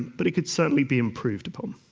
but it could certainly be improved upon.